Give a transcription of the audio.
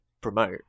promote